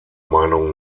meinung